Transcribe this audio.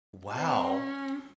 wow